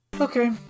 Okay